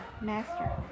master